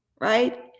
right